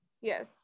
yes